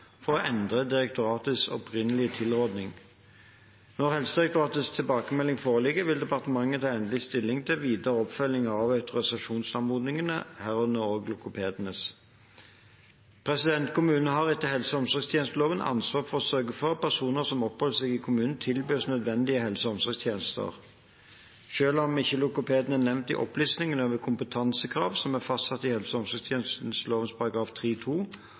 for å endre direktoratets opprinnelige tilråding. Når Helsedirektoratets tilbakemelding foreligger, vil departementet ta endelig stilling til videre oppfølging av autorisasjonsanmodningene, herunder også logopedenes. Kommunen har etter helse- og omsorgstjenesteloven ansvar for å sørge for at personer som oppholder seg i kommunen, tilbys nødvendige helse- og omsorgstjenester. Selv om ikke logopedene er nevnt i opplistingen over kompetansekrav som er fastsatt i helse- og